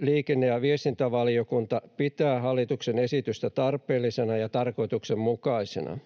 Liikenne ja viestintävaliokunta pitää hallituksen esitystä tarpeellisena ja tarkoituksenmukaisena.